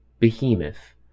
Behemoth